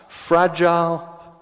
fragile